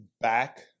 back